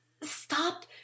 stop